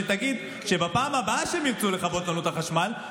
שתגיד שבפעם הבאה שהם ירצו לכבות לנו את החשמל,